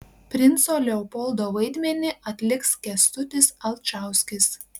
princo leopoldo vaidmenį atliks kęstutis alčauskis